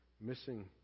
Missing